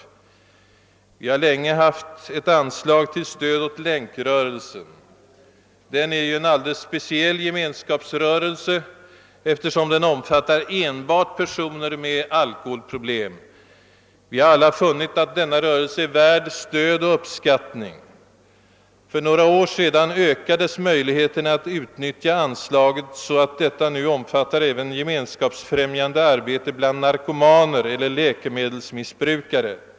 Vi har länge haft ett anslag till stöd åt Länkrörelsen. Den är ju en alldeles speciell gemenskapsrörelse, eftersom den omfattar enbart personer med alkoholproblem. Vi har alla funnit att denna rörelse är värd stöd och uppskattning. För några år sedan ökades möjligheterna att utnyttja anslaget, så att detta nu omfattar även gemenskapsfrämjande arbete bland narkomaner och läkemedelsmissbrukare.